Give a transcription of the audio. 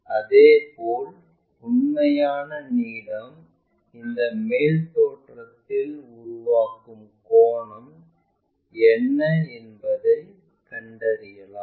அதேபோல் உண்மையான நீளம் இந்த மேல் தோற்றத்தில் உருவாகும் கோணம் என்ன என்பதை கண்டறியலாம்